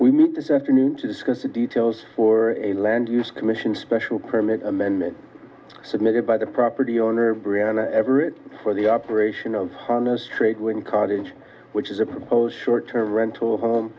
we meet this afternoon to discuss the details for a land use commission's special permit amendment submitted by the property owner briana everett for the operation of harness trade when college which is a proposed short term rental home